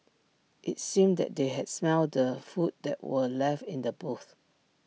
IT seemed that they had smelt the food that were left in the boots